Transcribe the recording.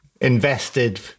invested